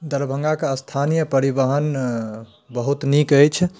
दरभङ्गाके स्थानीय परिवहन बहुत नीक अछि